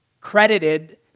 credited